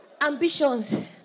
Ambitions